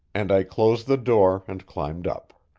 and i closed the door, and climbed up.